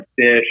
fish